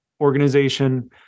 organization